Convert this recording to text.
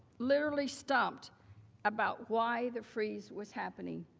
literally stumped about why the freeze was happening.